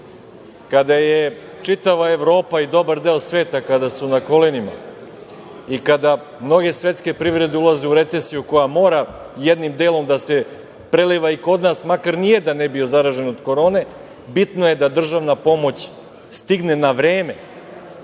kada je čitava Evropa i dobar deo sveta kada su na kolenima i kada mnoge svetske privrede ulaze u recesiju koja mora jednim delom da se preliva i kod nas, makar nijedan ne bio zaražen od Korone, bitno je da državna pomoć stigne na vreme